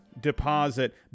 deposit